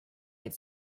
its